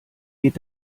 geht